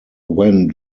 when